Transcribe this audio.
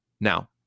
Now